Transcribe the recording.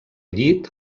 llit